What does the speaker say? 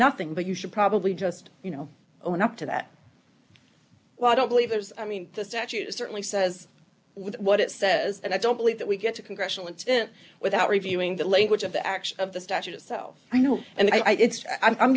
nothing but you should probably just you know own up to that well i don't believe there's i mean the statute certainly says what it says and i don't believe that we get a congressional intent without reviewing the lake which of the acts of the statute itself i know and i think it's i'm